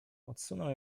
odsunął